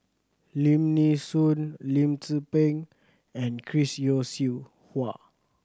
Lim Nee Soon Lim Tze Peng and Chris Yeo Siew Hua